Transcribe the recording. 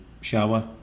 Shower